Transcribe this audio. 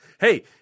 Hey